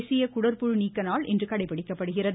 தேசிய குடற்புழு நீக்க நாள் இன்று கடைப்பிடிக்கப்படுகிறது